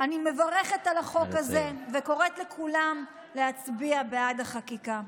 אני מברכת על החוק הזה וקוראת לכולם להצביע בעד החקיקה.